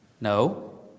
No